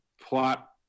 plot